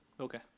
Okay